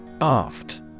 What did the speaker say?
aft